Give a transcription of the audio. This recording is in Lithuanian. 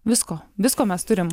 visko visko mes turim